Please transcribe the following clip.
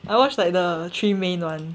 I watched like the three main [one]